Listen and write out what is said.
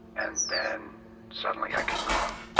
and then suddenly i could move